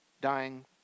dying